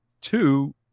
Two